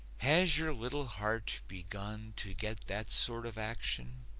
has your little heart begun to get that sort of action?